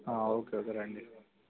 okay okay రండి